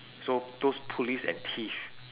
so those police and thief